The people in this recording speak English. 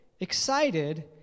excited